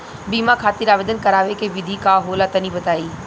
बीमा खातिर आवेदन करावे के विधि का होला तनि बताईं?